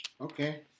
Okay